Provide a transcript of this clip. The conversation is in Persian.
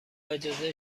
اجازه